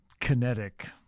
kinetic